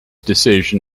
decision